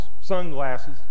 sunglasses